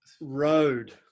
road